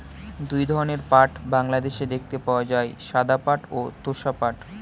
দুই ধরনের পাট বাংলাদেশে দেখতে পাওয়া যায়, সাদা পাট ও তোষা পাট